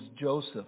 joseph